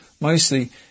mostly